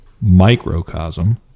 microcosm